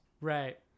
Right